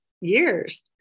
years